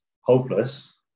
hopeless